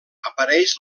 apareix